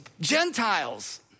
Gentiles